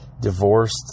divorced